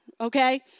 okay